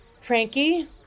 Frankie